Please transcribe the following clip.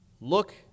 Look